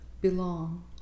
belong